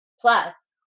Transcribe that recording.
Plus